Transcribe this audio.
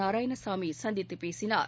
நாராயணசாமி சந்தித்துப் பேசினார்